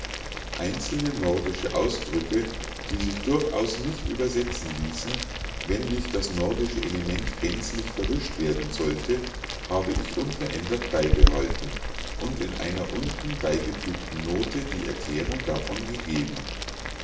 einzelne nordische ausdrücke die sich durchaus nicht übersetzen ließen wenn nicht das nordische element gänzlich verwischt werden sollte habe ich unverändert beibehalten und in einer unten beigefügten note die erklärung davon gegeben